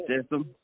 system